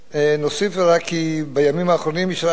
נוסיף רק כי בימים האחרונים אישרה הכנסת